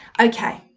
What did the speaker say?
Okay